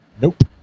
Nope